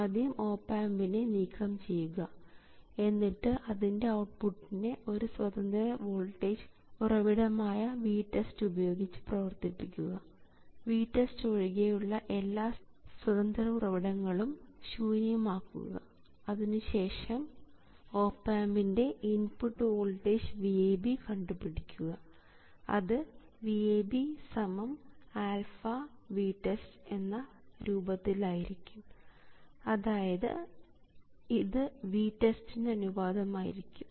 ആദ്യം ഓപ് ആമ്പിനെ നീക്കംചെയ്യുക എന്നിട്ട് അതിൻറെ ഔട്ട്പുട്ടിനെ ഒരു സ്വതന്ത്ര വോൾട്ടേജ് ഉറവിടമായ VTEST ഉപയോഗിച്ച് പ്രവർത്തിപ്പിക്കുക VTEST ഒഴികെയുള്ള എല്ലാ സ്വതന്ത്ര ഉറവിടങ്ങളും ശൂന്യം ആക്കുക അതിനുശേഷം ഓപ് ആമ്പിൻറെ ഇൻപുട്ട് വോൾട്ടേജ് VAB കണ്ടുപിടിക്കുക അത് VAB α VTEST എന്ന രൂപത്തിൽ ആയിരിക്കും അതായത് ഇത് VTEST ന് അനുപാതികമായിരിക്കും